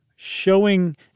showing